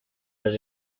los